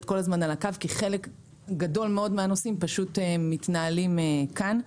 כל הזמן על ה'קו כי חלק גדול מהנושאים מתנהלים כאן.